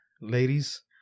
ladies